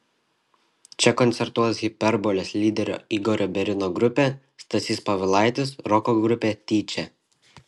čia koncertuos hiperbolės lyderio igorio berino grupė stasys povilaitis roko grupė tyčia